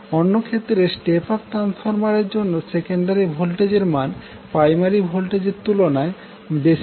অন্য ক্ষেত্রে step up transformer এর জন্য সেকেন্ডারি ভোল্টেজের মান প্রাইমারি ভোল্টেজের তুলনায় বেশি হয়